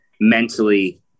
mentally